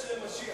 משיח.